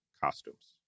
costumes